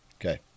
Okay